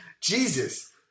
Jesus